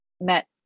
met